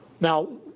Now